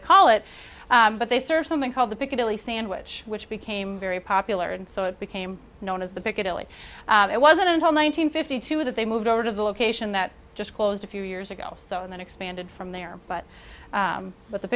to call it but they serve something called the piccadilly sandwich which became very popular and so it became known as the piccadilly it wasn't until one nine hundred fifty two that they moved over to the location that just closed a few years ago so and then expanded from there but but the